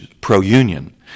pro-union